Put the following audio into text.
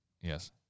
Yes